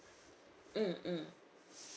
mm mm